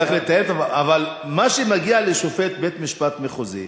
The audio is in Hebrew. צריך לתאם, אבל מה שמגיע לשופט בית-משפט מחוזי